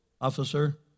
officer